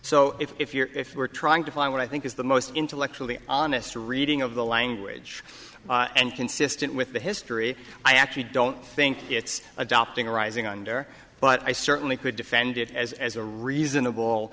so if you're if we're trying to find what i think is the most intellectually honest reading of the language and consistent with the history i actually don't think it's adopting rising under but i certainly could defend it as as a reasonable